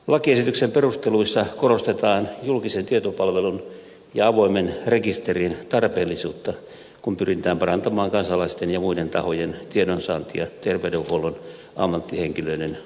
lakiesityksen perusteluissa korostetaan julkisen tietopalvelun ja avoimen rekisterin tarpeellisuutta kun pyritään parantamaan kansalaisten ja muiden tahojen tiedonsaantia terveydenhuollon ammattihenkilöiden ammattipätevyydestä